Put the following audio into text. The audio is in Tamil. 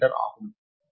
03 மீட்டர் ஆகும்